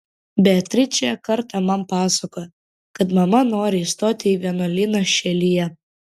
beatričė kartą man pasakojo kad mama nori įstoti į vienuolyną šelyje